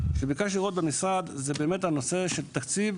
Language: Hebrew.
שביקשנו לראות במשרד זה הנושא של תקציב